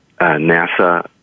NASA